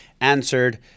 answered